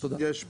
יש פער.